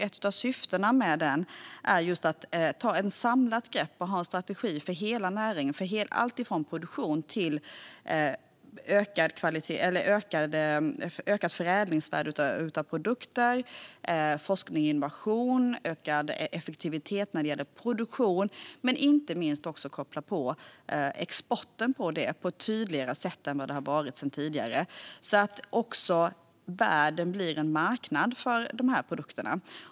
Ett av syftena med den är just att man ska ta ett samlat grepp och ha en strategi för hela näringen. Det gäller produktion, ökat förädlingsvärde av produkter, forskning och innovation och ökad effektivitet när det gäller produktion. Det handlar inte minst om att koppla exporten till detta på ett tydligare sätt än tidigare, så att också världen blir en marknad för dessa produkter.